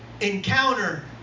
encounter